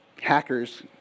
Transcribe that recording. hackers